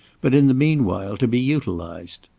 but in the meanwhile, to be utilized.